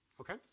Okay